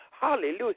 Hallelujah